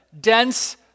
dense